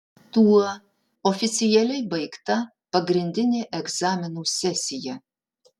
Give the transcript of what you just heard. tuo oficialiai baigta pagrindinė egzaminų sesija